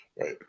Right